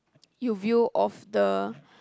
you view of the